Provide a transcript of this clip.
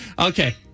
Okay